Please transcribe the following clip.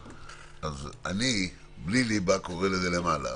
אז אני בלי ליבה קורא לזה למעלה.